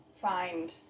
find